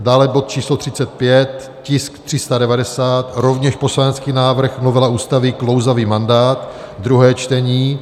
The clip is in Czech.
Dále bod č. 35, tisk 390 rovněž poslanecký návrh, novela Ústavy klouzavý mandát, druhé čtení.